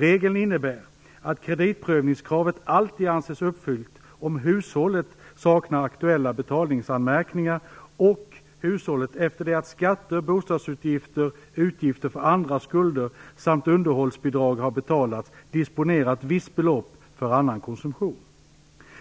Regeln innebär att kreditprövningskravet alltid anses uppfyllt om hushållet saknar aktuella betalningsanmärkningar och hushållet, efter det att skatter, bostadsutgifter, utgifter för andra skulder samt underhållsbidrag har betalats, disponerar ett visst belopp för annan konsumtion.